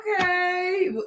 Okay